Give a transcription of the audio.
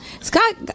Scott